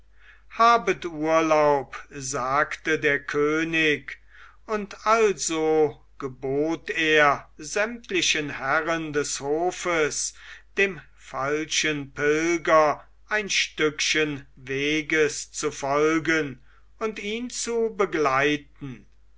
habet urlaub sagte der könig und also gebot er sämtlichen herren des hofes dem falschen pilger ein stückchen weges zu folgen und ihn zu begleiten